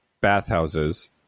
bathhouses